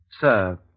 Sir